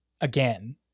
again